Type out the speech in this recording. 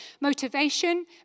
motivation